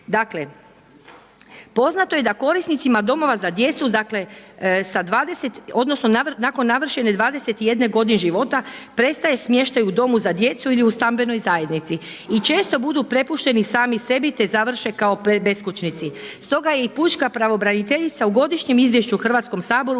Dakle, poznato je da korisnicima domova za djecu dakle, sa 20 odnosno nakon navršene 21 godine života prestaje smještaj u domu za djecu ili u stambenoj zajednici i često budu prepušteni sami sebi te završe kao beskućnici. Stoga je i Pučka pravobraniteljica u Godišnjem izvješću Hrvatskom saboru